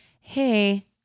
hey